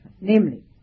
Namely